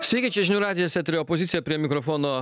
sveiki čia žinių radijas etery opozicija prie mikrofono